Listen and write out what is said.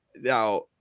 Now